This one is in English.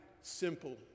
simple